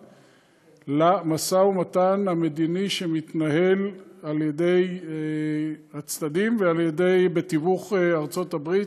למשא ומתן המדיני שמתנהל על ידי הצדדים בתיווך ארצות הברית.